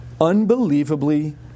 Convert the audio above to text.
unbelievably